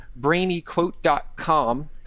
brainyquote.com